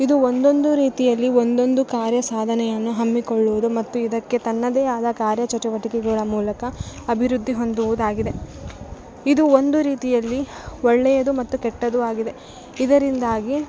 ಇದು ಒಂದೊಂದು ರೀತಿಯಲ್ಲಿ ಒಂದೊಂದು ಕಾರ್ಯ ಸಾಧನೆಯನ್ನು ಹಮ್ಮಿಕೊಳ್ಳೂದು ಮತ್ತು ಇದಕ್ಕೆ ತನ್ನದೇ ಆದ ಕಾರ್ಯ ಚಟುವಟಿಕೆಗಳ ಮೂಲಕ ಅಭಿರುದ್ದಿ ಹೊಂದುವುದಾಗಿದೆ ಇದು ಒಂದು ರೀತಿಯಲ್ಲಿ ಒಳ್ಳೆಯದು ಮತ್ತು ಕೆಟ್ಟದು ಆಗಿದೆ ಇದರಿಂದಾಗಿ